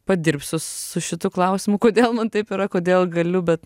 padirbsiu su šitu klausimu kodėl man taip yra kodėl galiu bet